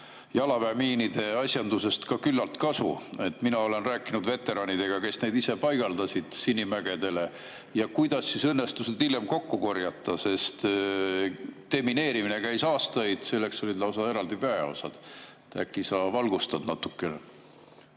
jalaväemiinide asjandusest ka küllalt kasu? Mina olen rääkinud veteranidega, kes neid ise Sinimägedele paigaldasid. Kuidas õnnestus neid hiljem kokku korjata? Demineerimine käis aastaid, selleks olid lausa eraldi väeosad. Äkki sa valgustad natukene?